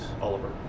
Oliver